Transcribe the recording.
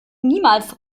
niemals